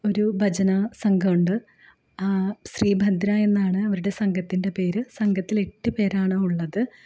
ഒരു ഭജനാസംഘമുണ്ട് ശ്രീഭദ്ര എന്നാണ് അവരുടെ സംഘത്തിൻ്റെ പേര് സംഘത്തില് എട്ട് പേരാണ് ഉള്ളത്